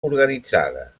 organitzada